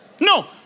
No